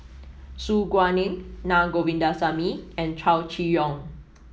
Su Guaning Na Govindasamy and Chow Chee Yong